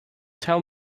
tell